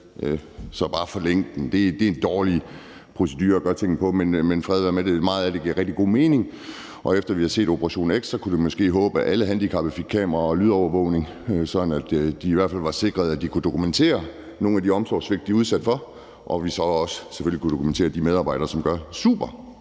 så bare forlænge den. Det er en dårlig måde at gøre tingene på, men fred være med det. Meget af det giver rigtig god mening, og efter at vi har set Operation X, kunne vi måske håbe, at alle handicappede fik kamera- og lydovervågning, så det i hvert fald var sikret, at de kunne dokumentere nogle af de omsorgssvigt, de er udsat for, og vi selvfølgelig så også kunne dokumentere det supergode arbejde, som nogle